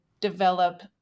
develop